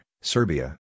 Serbia